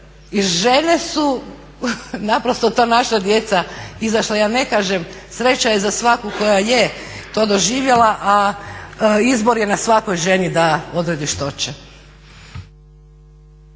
žene su, naprosto to naša djeca izašla, ja ne kažem sreće je za svaku koja je to doživjela, a izbor je na svakoj ženi da odredi što će.